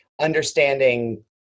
understanding